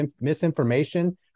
misinformation